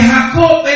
Jacob